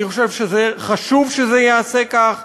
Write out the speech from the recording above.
אני חושב שחשוב שזה ייעשה כך,